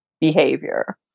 behavior